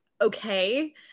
Okay